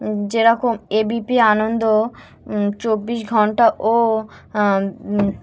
যেরকম এবিপি আনন্দ চব্বিশ ঘণ্টা ও